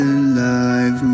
alive